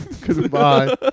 Goodbye